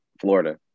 Florida